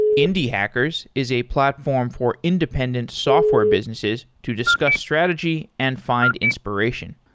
indie hackers is a platform for independent software businesses to discuss strategy and find inspiration.